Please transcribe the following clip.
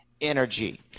energy